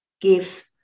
give